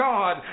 God